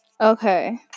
Okay